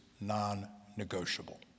non-negotiable